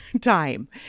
time